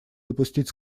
допустить